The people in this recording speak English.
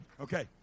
Okay